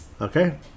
Okay